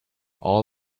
all